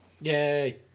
Yay